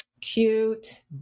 Cute